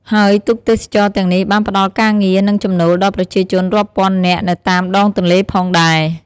ហើយទូកទេសចរណ៍ទាំងនេះបានផ្តល់ការងារ និងចំណូលដល់ប្រជាជនរាប់ពាន់នាក់នៅតាមដងទន្លេផងដែរ។